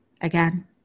Again